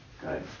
Good